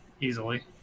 Easily